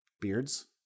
Beards